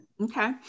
Okay